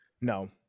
No